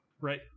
Right